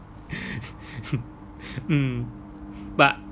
mm but